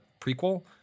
prequel